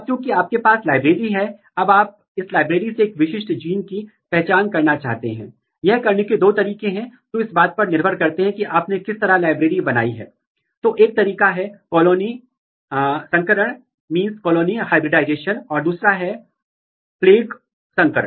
लेकिन MIK domain interaction नहीं दिखा रहा है जिसका अर्थ है कि आप बता सकते हैं कि AP1 और SEPALLATA 3 अपने C टर्मिनल डोमेन के माध्यम से SEU के साथ इंटरेक्ट कर रहे हैं